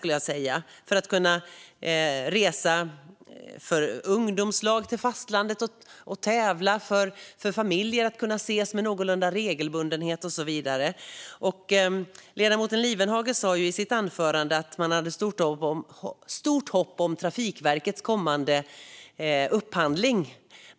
Det handlar om att ungdomslag ska kunna åka till fastlandet för att tävla, det handlar om att familjer ska kunna ses med någorlunda regelbundenhet och så vidare. Ledamoten Lifvenhage sa i sitt anförande att man hade ett stort hopp om Trafikverkets kommande upphandling.